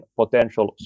potential